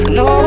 no